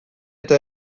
eta